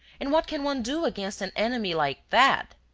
and what can one do against an enemy like that?